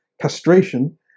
castration